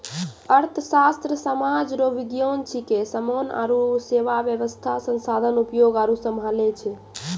अर्थशास्त्र सामाज रो विज्ञान छिकै समान आरु सेवा वेवस्था संसाधन उपभोग आरु सम्हालै छै